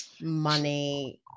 money